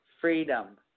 FREEDOM